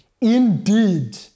indeed